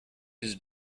his